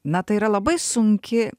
na tai yra labai sunki